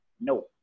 No